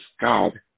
God